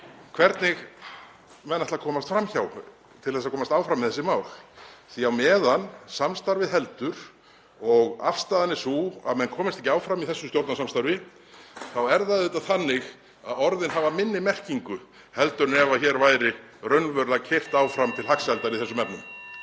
hvernig menn ætla að komast fram hjá til að komast áfram með þessi mál. Á meðan samstarfið heldur og afstaðan er sú að menn komist ekki áfram í þessu stjórnarsamstarfi þá er það auðvitað þannig að orðin hafa minni merkingu heldur en ef hér væri raunverulega keyrt áfram til hagsældar í þessum efnum.